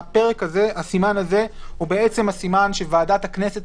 הסימן הזה הוא למעשה הסימן שוועדת הכנסת